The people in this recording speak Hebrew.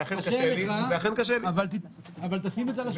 קשה לך, אבל תשים את זה על השולחן.